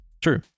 True